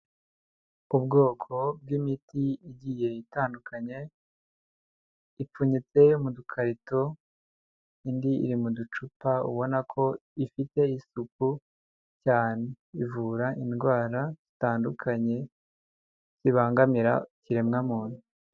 Ubwoko bw'imiti igiye itandukanye, ipfunyitse mu dukarito, indi iri mu ducupa ubona ko ifite isuku cyane. Ivura indwara zitandukanye zibangamira ikiremwa muntu.